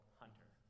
hunter